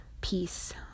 peace